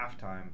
halftime